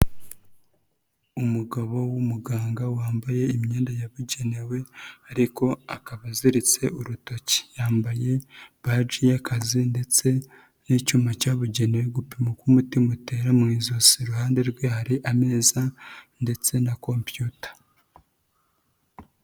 Umugabo w'umuganga wambaye imyenda yabugenewe ariko akaba aziritse urutoki, yambaye baji y'akazi ndetse n'icyuma cyabugenewe gupima uko umutima utera mu izosi. Iruhande rwe hari ameza ndetse na kompiyuta.